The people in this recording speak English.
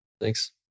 Thanks